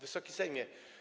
Wysoki Sejmie!